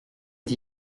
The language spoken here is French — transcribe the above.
est